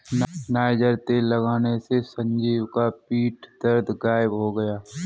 niger तेल लगाने से संजीव का पीठ दर्द गायब हो गया